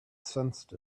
sensed